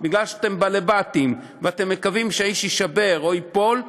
כי אתם בעלי-בתים ואתם מקווים שהאיש יישבר או ייפול,